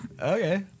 Okay